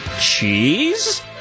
Cheese